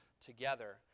together